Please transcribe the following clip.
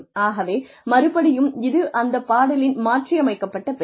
ஆகவே மறுபடியும் இது அந்த பாடலின் மாற்றி அமைக்கப்பட்ட பெயர்